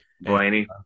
Blaney